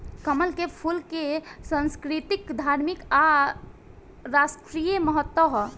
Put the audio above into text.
कमल के फूल के संस्कृतिक, धार्मिक आ राष्ट्रीय महत्व ह